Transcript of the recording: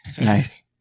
Nice